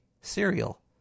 cereal